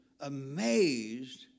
amazed